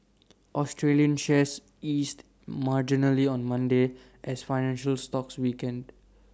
Australian shares eased marginally on Monday as financial stocks weakened